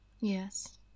Yes